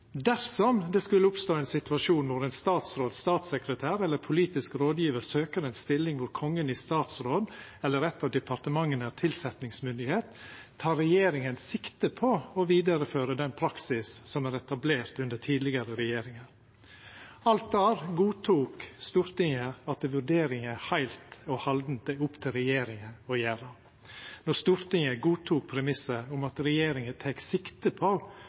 det skulle oppstå en situasjon hvor en statsråd, statssekretær eller politisk rådgiver søker en stilling hvor Kongen i statsråd eller et av departementene er tilsettingsmyndighet, tar Regjeringen sikte på å videreføre den praksis som er etablert under tidligere regjeringer.» Alt der godtok Stortinget at vurderinga heilt og halde er opp til regjeringa å gjera – når Stortinget godtok premissen om at regjeringa tek sikte på